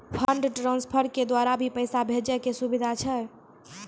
Fund transfer के द्वारा भी पैसा भेजै के सुविधा छै?